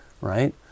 right